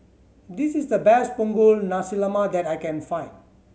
this is the best Punggol Nasi Lemak that I can find